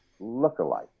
lookalike